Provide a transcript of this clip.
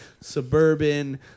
Suburban